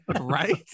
Right